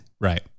Right